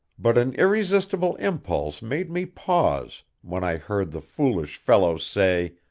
but an irresistible impulse made me pause when i heard the foolish fellow say